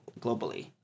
globally